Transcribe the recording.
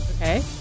Okay